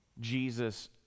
Jesus